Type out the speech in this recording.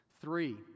Three